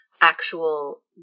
actual